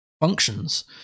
Functions